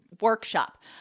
workshop